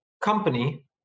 company